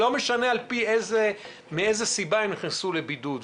ולא משנה מאיזו סיבה הם נכנסו לבידוד.